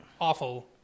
awful